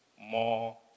more